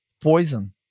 poison